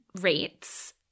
rates